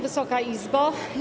Wysoka Izbo!